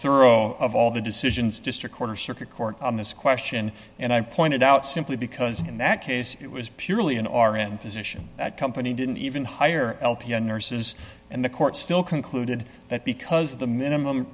thorough of all the decisions district court or circuit court on this question and i pointed out simply because in that case it was purely an r n position that company didn't even hire lpn nurses and the court still concluded that because the minimum